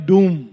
Doom